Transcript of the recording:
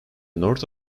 north